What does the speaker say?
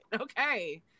Okay